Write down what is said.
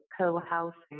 co-housing